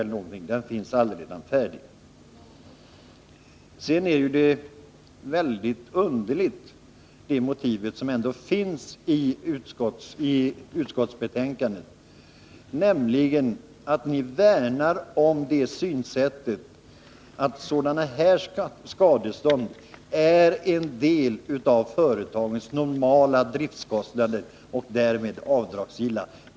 Det motiv som finns i utskottsbetänkandet är mycket underligt, nämligen att ni värnar om det synsättet att sådana här skadestånd är en del av företagens normala driftkostnader och därmed är avdragsgilla.